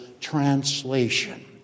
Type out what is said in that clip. translation